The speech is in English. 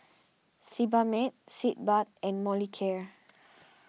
Sebamed Sitz Bath and Molicare